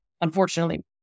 unfortunately